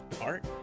art